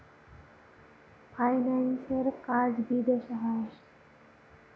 ফাইন্যান্সের কাজ বিদেশে হয়